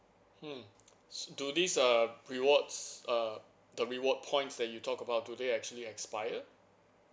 hmm do this uh rewards uh the reward points that you talk about today actually expire